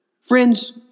Friends